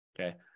Okay